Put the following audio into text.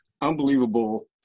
unbelievable